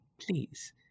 please